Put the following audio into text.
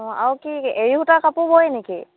অঁ আৰু কি এৰি সূতাৰ কাপোৰ বয় নেকি